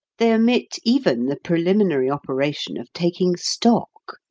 they omit even the preliminary operation of taking stock.